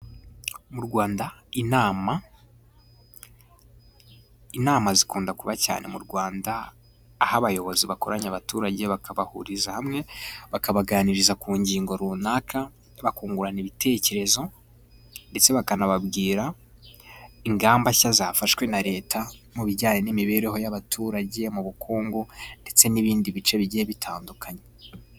Mu Rwanda inama, inama zikunda kuba cyane mu Rwanda, aho abayobozi bakoranya abaturage bakabahuriza hamwe, bakabaganiriza ku ngingo runaka, bakungurana ibitekerezo, ndetse bakanababwira ingamba nshya zafashwe na leta mu bijyanye n'imibereho y'abaturage, mu bukungu ndetse n'ibindi bice bigiye bitandukanye.